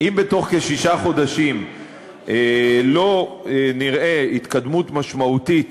אם בעוד שישה חודשים לא נראה התקדמות משמעותית